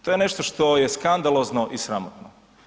To je nešto što je skandalozno i sramotno.